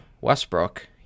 Westbrook